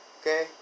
Okay